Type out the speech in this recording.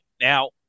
Now